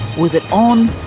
was it on,